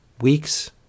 weeks